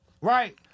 Right